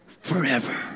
forever